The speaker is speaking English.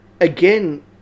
again